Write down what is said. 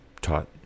taught